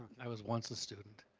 i was once a student.